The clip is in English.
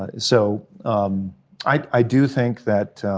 ah so i do think that